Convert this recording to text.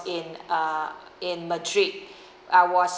in uh in madrid I was